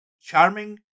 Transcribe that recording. charming